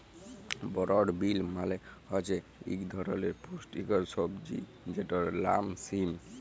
বরড বিল মালে হছে ইক ধরলের পুস্টিকর সবজি যেটর লাম সিম